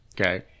Okay